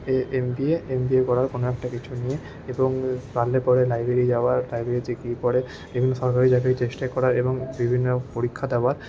MBA MBA করার কোনো একটা কিছু নিয়ে এবং পারলে পরে লাইব্রেরী যাওয়ার লাইব্রেরীতে গিয়ে পরে বিভিন্ন সরকারি চাকরির চেষ্টা করার এবং বিভিন্ন পরীক্ষা দেওয়ার